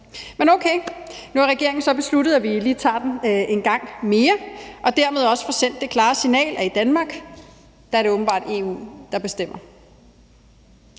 Men okay, nu har regeringen så besluttet, at vi lige tager den en gang mere og dermed også får sendt det klare signal, at i Danmark er det åbenbart EU, der bestemmer.